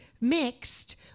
mixed